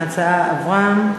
ההצעה עברה.